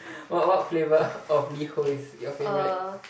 what what flavour of LiHo is your favourite